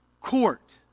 court